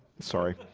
sorry